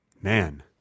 Man